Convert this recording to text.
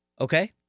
okay